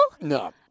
No